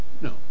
No